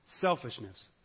Selfishness